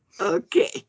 okay